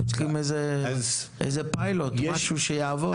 אנחנו צריכים איזה פיילוט; משהו שיעבוד.